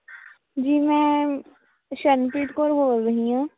ਜੀ ਮੈਂ ਸ਼ਰਨਪ੍ਰੀਤ ਕੌਰ ਬੋਲ਼ ਰਹੀ ਹਾਂ